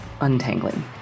untangling